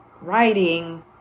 writing